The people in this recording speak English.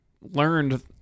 learned